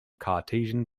cartesian